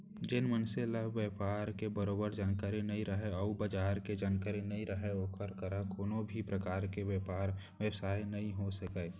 जेन मनसे ल बयपार के बरोबर जानकारी नइ रहय अउ बजार के जानकारी नइ रहय ओकर करा कोनों भी परकार के बयपार बेवसाय नइ हो सकय